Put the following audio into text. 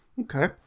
Okay